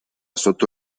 sotto